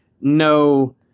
no